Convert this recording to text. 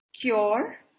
cure